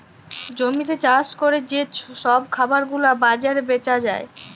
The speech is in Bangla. জমিতে চাষ ক্যরে যে সব খাবার গুলা বাজারে বেচা যায়